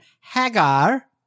Hagar